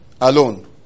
Alone